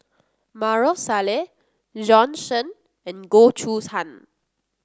Maarof Salleh Bjorn Shen and Goh Choo San